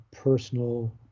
personal